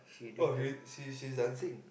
oh really she's she's dancing